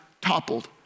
toppled